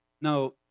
No